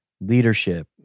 leadership